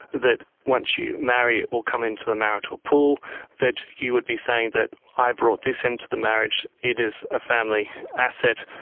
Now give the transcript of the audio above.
that once you marry or come into the marital pool that you would be saying that i brought this into the marriage, it is a family asset,